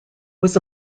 was